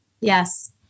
yes